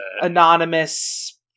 anonymous